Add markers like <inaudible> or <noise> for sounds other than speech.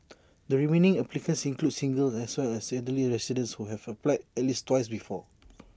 <noise> the remaining applicants include singles as well as elderly residents who have applied at least twice before <noise>